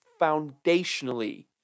foundationally